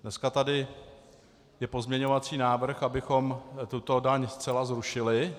Dneska je tady pozměňovací návrh, abychom tuto daň zcela zrušili.